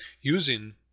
using